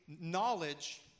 knowledge